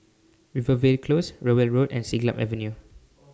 Rivervale Close Rowell Road and Siglap Avenue